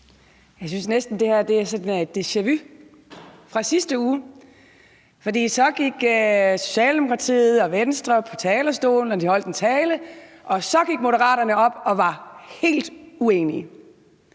Jeg synes næsten, at det her er sådan et deja-vu fra sidste uge. Socialdemokratiet og Venstre gik på talerstolen og holdt en tale, og Moderaterne gik op og var helt uenige.